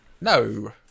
No